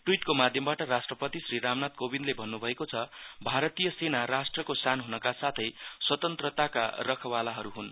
ट्विटको माध्यमबाट राष्ट्रपति श्री रामनाथ कोविन्दले भन्नुभएको छ भारतीय सेना राष्ट्रको सान हनका साथै स्वतन्त्रताका रखवालाहरु हुन्